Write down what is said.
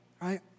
right